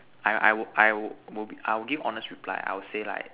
I I will I will will be I will give honest reply I will say like